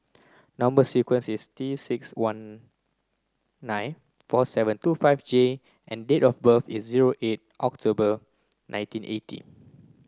number sequence is T six one nine four seven two five J and date of birth is zero eight October nineteen eighty